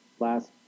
last